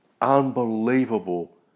unbelievable